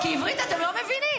כי עברית אתם לא מבינים.